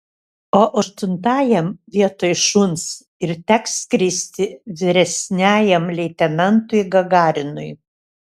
o aštuntajam vietoj šuns ir teks skristi vyresniajam leitenantui gagarinui